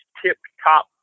tip-top